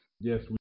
yes